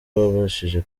wabashije